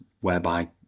whereby